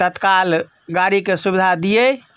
तत्काल गाड़ीकेँ सुविधा दियै